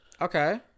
Okay